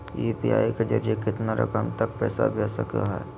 UPI के जरिए कितना रकम तक पैसा भेज सको है?